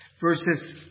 verses